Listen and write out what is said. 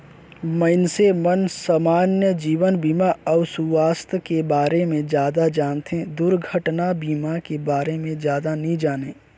मइनसे मन समान्य जीवन बीमा अउ सुवास्थ के बारे मे जादा जानथें, दुरघटना बीमा के बारे मे जादा नी जानें